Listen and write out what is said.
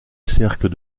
cercles